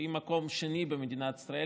והיא מקום שני במדינת ישראל.